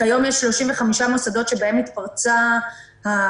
כיום יש 35 מוסדות שבהם התפרצה המגפה,